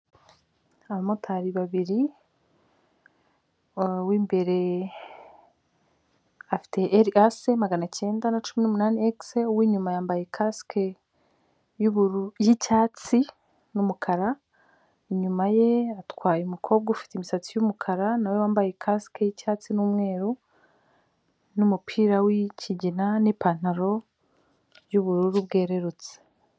Abamotari babiri uw'imbere afite eri ase maganacyenda na cumi n'umunane ekise, uw'inyuma yambaye kasike y'icyatsi n'umukara, inyuma ye atwaye umukobwa ufite imisatsi y'umukara nawe wambaye kasike y'icyatsi n'umweru n'umupira w'ikigina n'ipantalo y'ubururu bwerurutse.